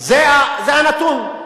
זה הנתון.